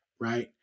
right